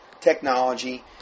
technology